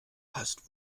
hasst